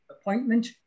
appointment